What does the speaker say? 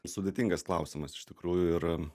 sudėtingas klausimas iš tikrųjų ir